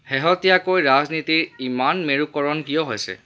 শেহতীয়াকৈ ৰাজনীতিৰ ইমান মেৰুকৰণ কিয় হৈছে